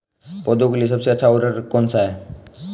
पौधों के लिए सबसे अच्छा उर्वरक कौनसा हैं?